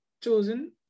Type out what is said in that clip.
chosen